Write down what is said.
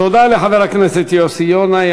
תודה לחבר הכנסת יוסי יונה.